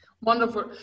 Wonderful